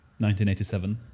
1987